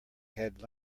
had